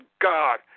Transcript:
God